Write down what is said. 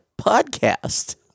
podcast